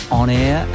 onair